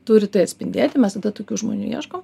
turi tai atspindėti mes tada tokių žmonių ieškom